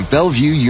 Bellevue